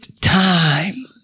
time